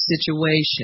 situation